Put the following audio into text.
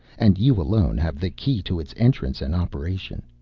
and you alone have the key to its entrance and operation.